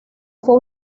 fue